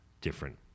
different